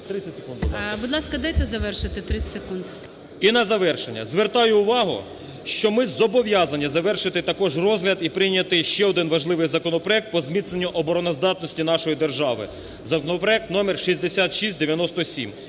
Будь ласка, дайте завершити, 30 секунд. ГЕРАСИМОВ А.В. І на завершення, звертаю увагу, що ми зобов'язані завершити також розгляд і прийняти ще один важливий законопроект по зміцненню обороноздатності нашої держави – законопроект номер 6697.